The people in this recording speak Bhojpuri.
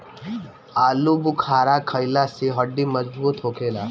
आलूबुखारा खइला से हड्डी मजबूत होखेला